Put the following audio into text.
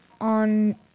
on